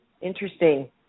interesting